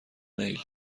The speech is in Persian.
میل